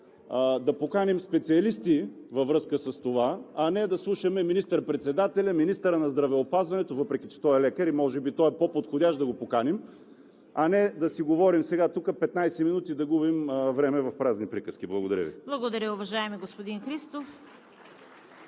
и Вие, специалисти във връзка с това, а не да слушаме министър-председателя, министъра на здравеопазването, въпреки че той е лекар и може би е по-подходящ да го поканим, а не да си говорим сега тук 15 минути и да губим време в празни приказки. Благодаря Ви. (Ръкопляскания от ГЕРБ и